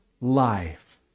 life